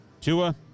Tua